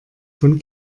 von